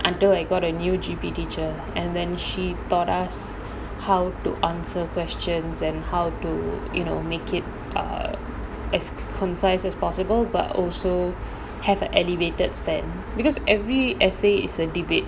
until I got a new G_P teacher and then she taught us how to answer questions and how to you know make it err as concise as possible but also have an elevated stand because every essay is a debate